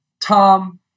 Tom